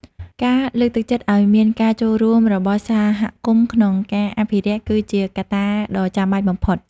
ការលើកទឹកចិត្តឲ្យមានការចូលរួមរបស់សហគមន៍ក្នុងការអភិរក្សគឺជាកត្តាដ៏ចាំបាច់បំផុត។